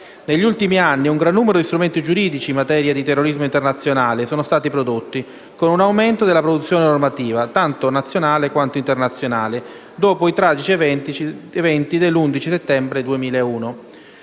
Negli ultimi anni, un gran numero di strumenti giuridici in materia di terrorismo internazionale è stato prodotto, con un aumento della produzione normativa - tanto internazionale quanto nazionale - dopo i tragici eventi dell'11 settembre 2001.